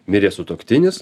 mirė sutuoktinis